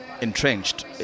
entrenched